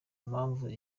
mpamvu